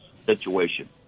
situation